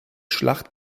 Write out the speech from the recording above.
schlacht